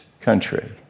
country